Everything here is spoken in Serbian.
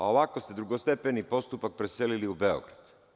Ovako ste drugostepeni postupak preselili u Beograd.